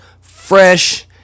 Fresh